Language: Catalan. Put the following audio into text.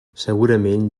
segurament